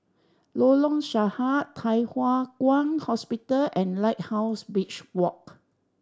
Lorong Sarhad Thye Hua Kwan Hospital and Lighthouse Beach Walk